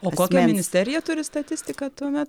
o kokia ministerija turi statistiką tuomet